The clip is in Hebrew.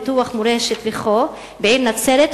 פיתוח מורשת וכו' בעיר נצרת,